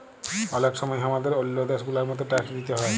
অলেক সময় হামাদের ওল্ল দ্যাশ গুলার মত ট্যাক্স দিতে হ্যয়